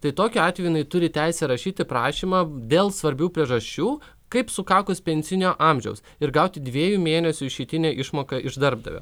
tai tokiu atveju jinai turi teisę rašyti prašymą dėl svarbių priežasčių kaip sukakus pensinio amžiaus ir gauti dviejų mėnesių išeitinę išmoką iš darbdavio